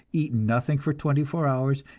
eat nothing for twenty-four hours,